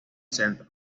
centro